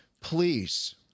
please